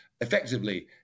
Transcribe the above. effectively